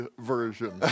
version